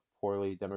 poorly